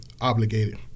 obligated